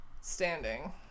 standing